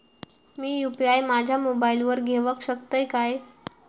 मी UPI माझ्या मोबाईलावर घेवक शकतय काय?